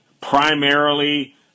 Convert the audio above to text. primarily